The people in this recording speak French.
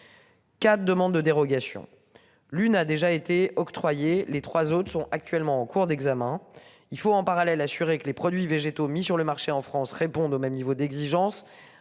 demandes de dérogation. L'une a déjà été octroyé les 3 autres sont actuellement en cours d'examen. Il faut en parallèle assuré que les produits végétaux mis sur le marché en France, répondent au même niveau d'exigence.